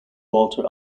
walter